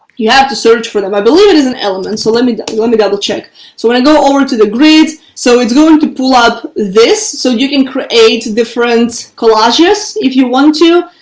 you have to search for them. i believe it is an element. so let me let me double check. so when i go over to the grid, so it's going to pull up this so you can create different collages if you want to.